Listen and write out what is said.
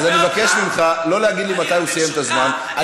אז אני מבקש ממך לא להגיד לי מתי הוא סיים את הזמן.